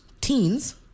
teens